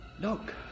look